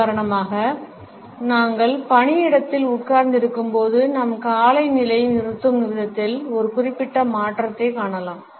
உதாரணமாக நாங்கள் பணியிடத்தில் உட்கார்ந்திருக்கும்போது நம் காலை நிலை நிறுத்தும் விதத்தில் ஒரு குறிப்பிட்ட மாற்றத்தைக் காணலாம்